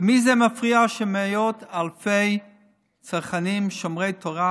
למי זה מפריע שמאות אלפי צרכנים שומרי תורה